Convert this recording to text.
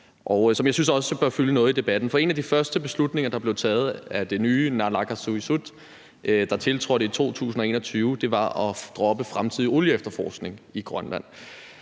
som jeg også synes bør fylde noget i debatten. For en de første beslutninger, der blev taget af det nye naalakkersuisut, som tiltrådte i 2021, var at droppe fremtidig olieefterforskning i Grønland.